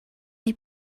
neu